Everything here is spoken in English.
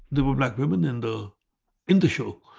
there were black women in the in the show.